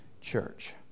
church